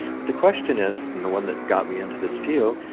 but the question is, and the one that got me into this field,